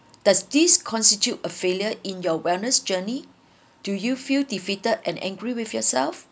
does these constitute a failure in your awareness journey do you feel defeated and angry with yourself